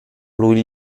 lui